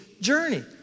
journey